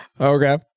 Okay